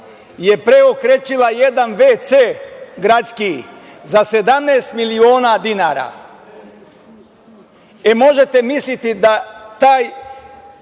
je pre okrečila jedan vc-e gradski za 17 miliona dinara. Možete misliti da taj